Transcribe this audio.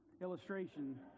illustration